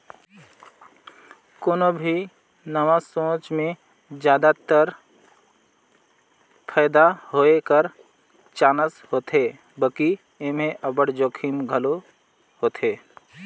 कोनो भी नावा सोंच में जादातर फयदा होए कर चानस होथे बकि एम्हें अब्बड़ जोखिम घलो होथे